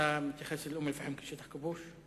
אתה מתייחס לאום-אל-פחם כאל שטח כבוש?